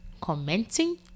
commenting